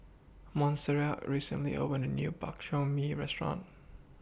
Montserrat recently opened A New Bak Chor Mee Restaurant